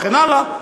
וכן הלאה?